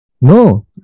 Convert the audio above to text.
No